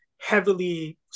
heavily